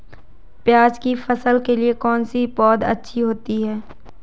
प्याज़ की फसल के लिए कौनसी पौद अच्छी होती है?